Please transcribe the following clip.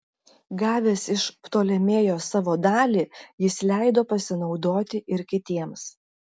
gavęs iš ptolemėjo savo dalį jis leido pasinaudoti ir kitiems